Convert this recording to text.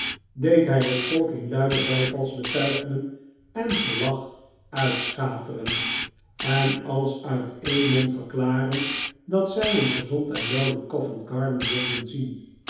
deed hij het volk in luide bijvalsbetuigingen en gelach uitschateren en als uit den mond verklaren dat zij hem gezond en wel in go vent garden wilden zien